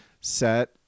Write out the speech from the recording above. set